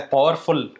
Powerful